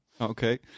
Okay